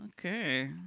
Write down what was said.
Okay